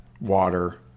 water